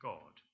God